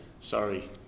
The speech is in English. Sorry